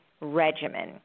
regimen